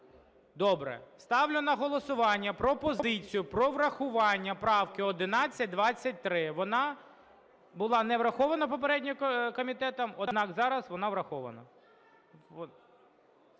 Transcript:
Добре. Ставлю на голосування пропозицію про врахування правки 1123. Вона була не врахована попередньо комітетом, однак зараз вона врахована.